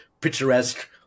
picturesque